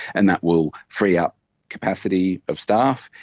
and that will free up capacity of staff,